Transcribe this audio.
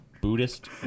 Buddhist